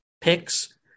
picks